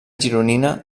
gironina